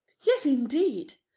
yes, indeed.